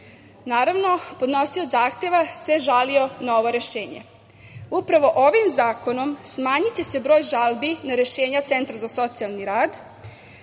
Naravno, podnosilac zahteva se žalio na ovo rešenje. Upravo ovim zakonom smanjiće se broj žalbi na rešenja centra za socijalni rad.